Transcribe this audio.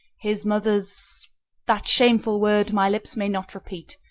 his mother's that shameful word my lips may not repeat.